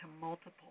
multiple